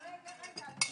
תודה רבה לך.